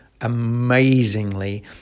amazingly